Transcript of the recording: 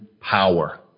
power